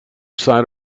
side